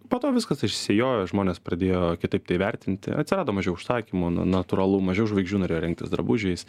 po to viskas išsisėjojo žmonės pradėjo kitaip tai vertinti atsirado mažiau užsakymų natūralu mažiau žvaigždžių norėjo rengtis drabužiais